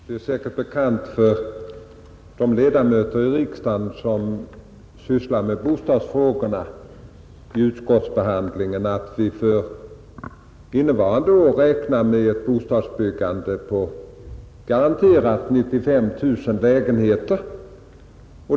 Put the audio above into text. Fru talman! Det är säkert bekant för de ledamöter i riksdagen som sysslar med bostadsfrågorna i utskottsbehandlingen att vi för innevarande år räknar med ett bostadsbyggande på garanterat 95 000 lägenheter.